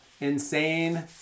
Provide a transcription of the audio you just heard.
insane